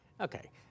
Okay